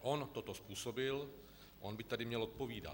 On toto způsobil, on by tady měl odpovídat.